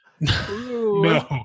No